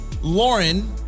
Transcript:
Lauren